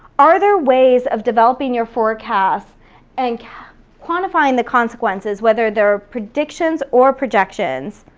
are there ways of developing your forecast and quantifying the consequences, whether they're predictions or projections,